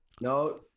no